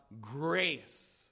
grace